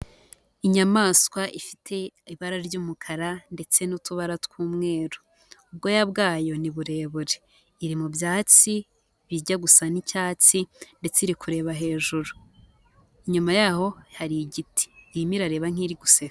Inyamaswa ifite ibara ry'umukara ndetse n'utubara tw'umweru ubwoya bwayo ni burebure, iri mu byatsi bijya gusa n'icyatsi ndetse iri kureba hejuru, inyuma yaho hari igiti irimo irareba guseka.